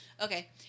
Okay